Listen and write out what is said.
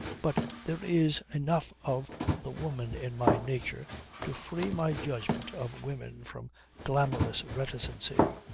but there is enough of the woman in my nature to free my judgment of women from glamorous reticency.